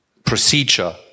procedure